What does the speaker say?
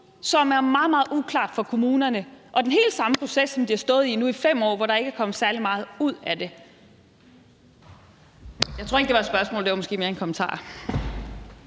meget, meget uklart for kommunerne og den helt samme proces, som de har stået i nu i 5 år, hvor der ikke er kommet særlig meget ud af det. Jeg tror ikke, det var et spørgsmål. Det var måske mere en kommentar.